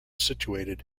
situated